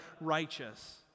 righteous